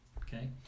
Okay